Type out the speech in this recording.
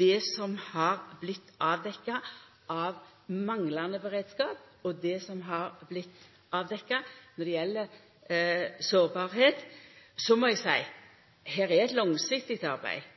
det som har vorte avdekt av manglande beredskap, og det som har vorte avdekt når det gjeld sårbarheit. Så må eg seia at det er eit langsiktig arbeid